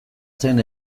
zen